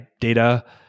data